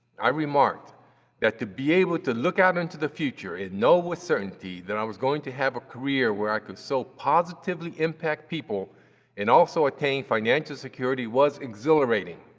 i remarked that to be able to look out into the future and know with certainty that i was going to have a career where i could so positively impact people and also attain financial security was exhilarating.